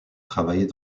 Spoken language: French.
travailler